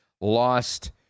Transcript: lost